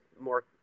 more